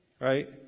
Right